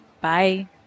Bye